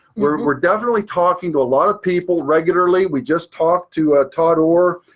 we're we're definitely talking to a lot of people regularly. we just talked to ah todd orr,